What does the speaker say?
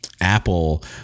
Apple